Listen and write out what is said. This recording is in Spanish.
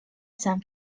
san